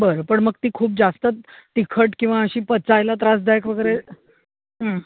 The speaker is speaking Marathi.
बरं पण मग ती खूप जास्त तिखट किंवा अशी पचायला त्रासदायक वगैरे हं